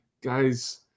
guys